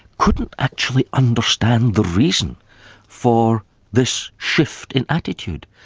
couldn't actually understand the reason for this shift in attitude,